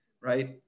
right